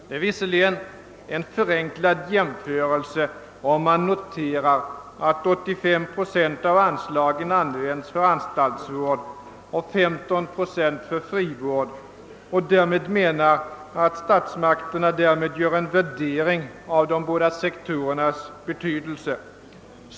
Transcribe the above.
Det är visserligen en förenklad jämförelse, om man noterar att 85 procent av anslagen användes för anstaltsvård och 15 procent för frivård och menar att statsmakterna därmed gör en värdering av de båda sektorernas betydelse.